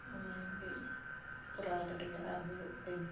ᱚᱱᱟ ᱜᱮ ᱠᱚᱨᱟᱣ ᱫᱟᱲᱮᱭᱟᱜ ᱟᱨ ᱦᱩᱭᱩᱜ ᱛᱤᱧ